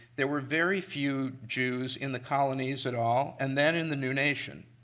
there were very few jews in the colonies at all and then in the new nation.